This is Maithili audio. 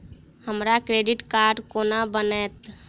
हमरा क्रेडिट कार्ड कोना बनतै?